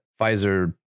Pfizer